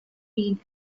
been